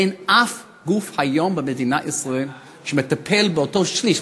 ואין גוף היום במדינת ישראל שמטפל באותו שליש,